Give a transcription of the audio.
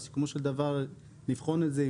ובסיכומו של דבר לבחון את זה,